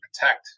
protect